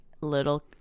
little